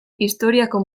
historiako